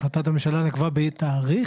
החלטת הממשלה נקבע בתאריך?